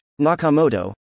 Nakamoto